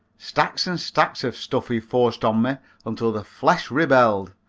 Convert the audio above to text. stacks and stacks of stuff he forced on me until the flesh rebelled,